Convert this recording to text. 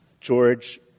George